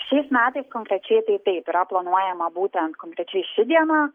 šiais metai konkrečiai tai taip yra planuojama būtent konkrečiai ši diena